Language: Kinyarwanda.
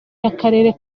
y’akarere